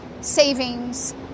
savings